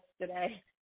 today